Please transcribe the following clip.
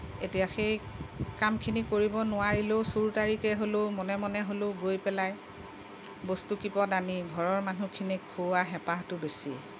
এতিয়া সেই কামখিনি কৰিব নোৱাৰিলেও চুৰ তাৰিকে হ'লেও মনে মনে হ'লেও গৈ পেলাই বস্তু কেইপদ আমি ঘৰৰ মানুহখিনিক খোওৱা হেঁপাহটো বেছি